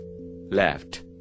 left